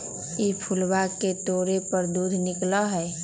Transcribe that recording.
ई फूलवा के तोड़े पर दूध निकला हई